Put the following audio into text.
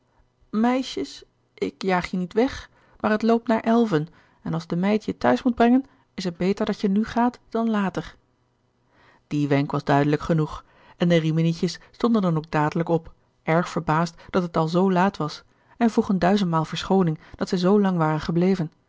meisjes ik jaag je niet weg maar t loopt naar elven en als de meid je t'huis moet brengen is het beter dat je nu gaat dan later die wenk was duidelijk genoeg en de riminietjes stonden dan ook dadelijk op erg verbaasd dat het al zoo laat was en vroegen duizendmaal verschooning dat zij zoo lang waren gebleven